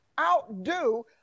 outdo